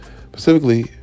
specifically